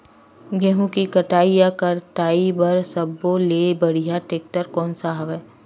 गेहूं के कटाई या कटाई बर सब्बो ले बढ़िया टेक्टर कोन सा हवय?